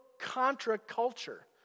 contra-culture